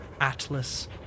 Atlas